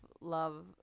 love